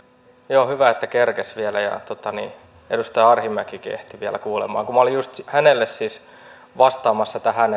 joo hyvä että kerkesi vielä ja edustaja arhinmäkikin ehti vielä kuulemaan kun minä olin just hänelle vastaamassa tähän